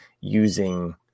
using